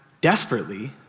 desperately